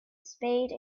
spade